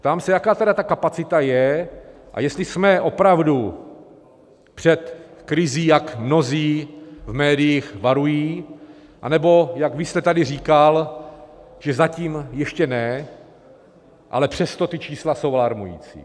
Ptám se, jaká tedy ta kapacita je a jestli jsme opravdu před krizí, jak mnozí v médiích varují, anebo, jak vy jste tady říkal, že zatím ještě ne, ale přesto ta čísla jsou varující.